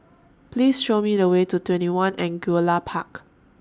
Please Show Me The Way to TwentyOne Angullia Park